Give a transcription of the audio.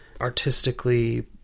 artistically